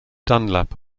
dunlap